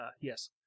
yes